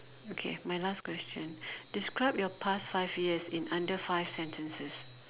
okay my last question describe your past five years in under five sentences